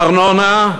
ארנונה,